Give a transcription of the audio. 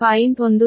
10 p